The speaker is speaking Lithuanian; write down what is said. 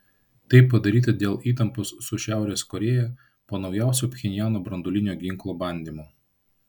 tai padaryta dėl įtampos su šiaurės korėja po naujausio pchenjano branduolinio ginklo bandymo